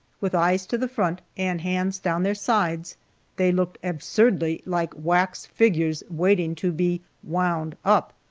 with eyes to the front and hands down their sides they looked absurdly like wax figures waiting to be wound up,